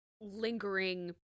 lingering